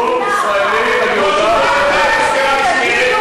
כמו שהוא לא יודע את הסכם המסגרת.